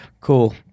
cool